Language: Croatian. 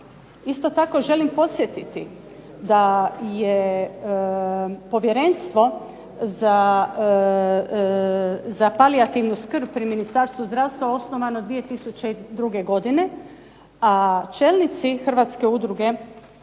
isto tako želim podsjetiti da je Povjerenstvo za palijativnu skrb pri Ministarstvu zdravstva osnovano 2002. godine, a čelnici Hrvatske udruge